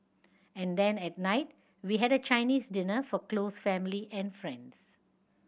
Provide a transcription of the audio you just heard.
and then at night we had a Chinese dinner for close family and friends